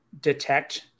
detect